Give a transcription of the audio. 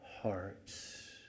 hearts